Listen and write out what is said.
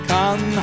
Come